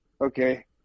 Okay